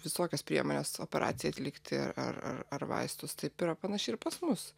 visokias priemones operacijai atlikti ar ar ar vaistus taip yra panašiai ir pas mus